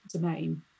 domain